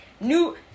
new